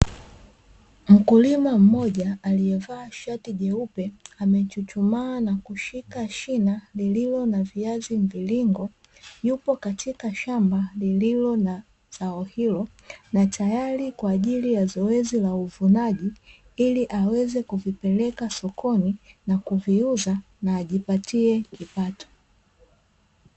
Mkulima mmoja aliyevaa shati jeupe amechuchumaa na kushika shina lililo na viazi mviringo, yupo katika shamba lililo na zao hilo na tayari kwa ajili ya zoezi la uvunaji ili aweze kuvipeleka sokoni na kuviuza na ajipatie kipato.